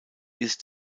ist